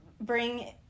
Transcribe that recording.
bring